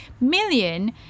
million